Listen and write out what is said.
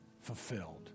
fulfilled